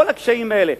כל הקשיים האלה,